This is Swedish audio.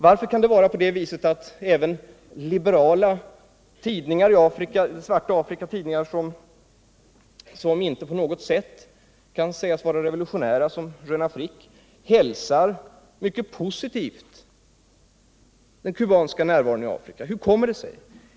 Varför kan även liberala tidningar i Afrika som inte på något sätt kan sägas vara revolutionära — såsom Jeune Afrique — mycket positivt hälsa den kubanska närvaron i Afrika? Hur kommer det sig?